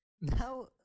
Now